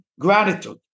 gratitude